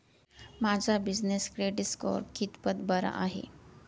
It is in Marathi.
माझा बिजनेस क्रेडिट स्कोअर कितपत बरा आहे?